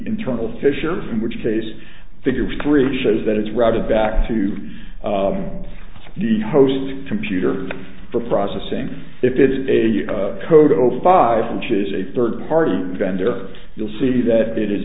internal fissures in which case figure three shows that is routed back to the host computer for processing if it is a total of five inches a third party vendor you'll see that it is